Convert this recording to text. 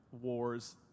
wars